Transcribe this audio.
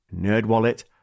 NerdWallet